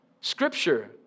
scripture